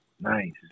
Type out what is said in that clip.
nice